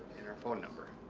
and our phone number